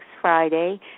Friday